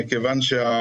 יש עוד פרמטרים כימיים,